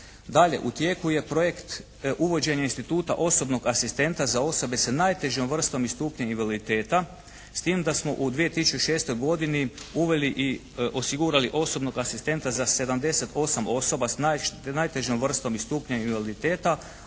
u tijeku je projekt uvođenja instituta osobnog asistenta za osobe s najtežom vrstom i stupnjem invaliditeta, s tim da smo u 2006. godini uveli i osigurali osobnog asistenta za 78 osoba sa najtežom vrstom i stupnjem invaliditeta,